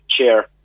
chair